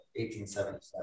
1877